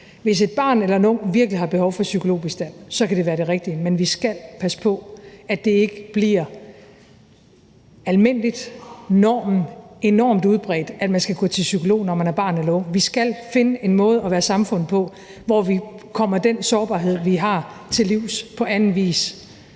Hvis et barn eller en ung virkelig har behov for psykologbistand, kan det være det rigtige, men vi skal passe på, at det ikke bliver almindeligt, normen, enormt udbredt, at man skal gå til psykolog, når man er barn eller ung. Vi skal finde en måde at være samfund på, hvor vi kommer den sårbarhed, vi har, til livs på anden vis